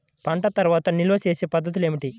పంట తర్వాత నిల్వ చేసే పద్ధతులు ఏమిటి?